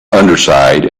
underside